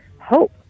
hope